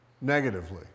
negatively